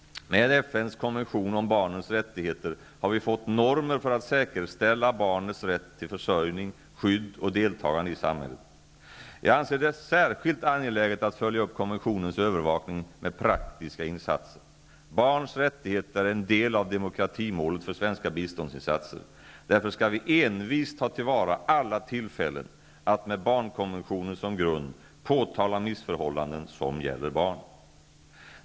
Med FN:s konvention om barnens rättigheter har vi fått normer för att säkerställa barnets rätt till försörjning, skydd och deltagande i samhället. Jag anser det särskilt angeläget att följa upp konventionens övervakning med praktiska insatser. Barns rättigheter är en del av demokratimålet för svenska biståndsinsatser. Därför skall vi envist ta till vara alla tillfällen att med barnkonventionen som grund påtala missförhållanden som gäller barn.